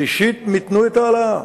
ראשית, מיתנו את ההעלאה,